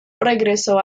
regresó